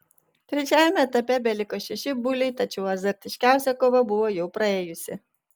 trečiajame etape beliko šeši buliai tačiau azartiškiausia kova buvo jau praėjusi